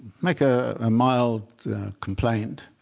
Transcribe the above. make a ah mild complaint